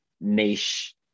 niche